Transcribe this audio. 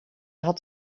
had